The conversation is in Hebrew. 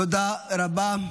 תודה רבה.